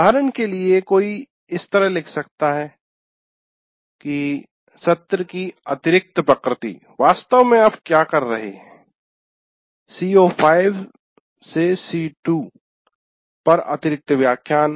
उदाहरण के लिए कोई इस तरह लिख सकता है सत्र की अतिरिक्त प्रकृति वास्तव में आप क्या कर रहे हैं CO5 C2 पर अतिरिक्त व्याख्यान